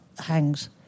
hangs